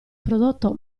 prodotto